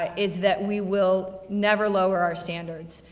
ah is that we will never lower our standards,